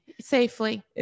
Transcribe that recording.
Safely